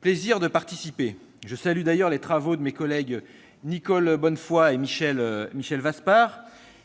plaisir de participer. Je salue d'ailleurs les travaux de mes collègues Nicole Bonnefoy et Michel Vaspart.